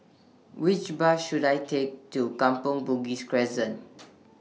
Which Bus should I Take to Kampong Bugis Crescent